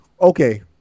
okay